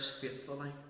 faithfully